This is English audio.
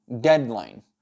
deadline